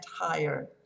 higher